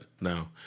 now